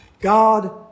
God